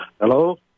Hello